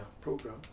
program